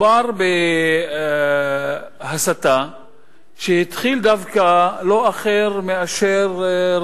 סגן שר האוצר יצחק כהן: תודה לחבר הכנסת נחמן